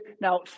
now